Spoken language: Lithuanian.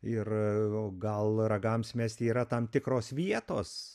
ir gal ragams mesti yra tam tikros vietos